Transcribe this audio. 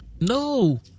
No